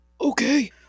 okay